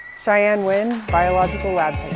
cheyenne winn, biological lab